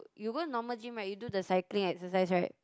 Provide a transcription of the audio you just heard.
you go normal gym right you do the cycling exercise right